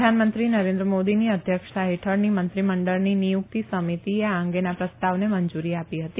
પ્રધાનમંત્રી નરેન્દ્ર મોદીની અધ્યક્ષતા હેઠળની મંત્રીમંડળની નિયુકતી સમિતિએ આ અંગેના પ્રસ્તાવને મંજુરી આપી હતી